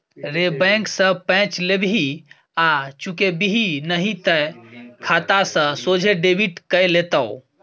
रे बैंक सँ पैंच लेबिही आ चुकेबिही नहि तए खाता सँ सोझे डेबिट कए लेतौ